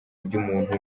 ry’umuntu